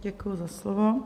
Děkuji za slovo.